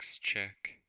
check